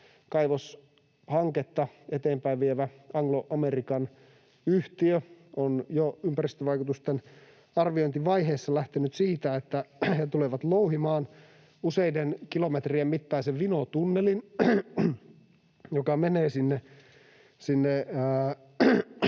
kaivoshanketta eteenpäin vievä Anglo American -yhtiö on jo ympäristövaikutusten arviointivaiheessa lähtenyt siitä, että he tulevat louhimaan useiden kilometrien mittaisen vinotunnelin, joka menee koko